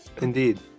Indeed